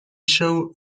show